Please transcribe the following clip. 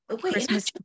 christmas